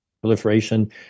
proliferation